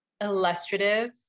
illustrative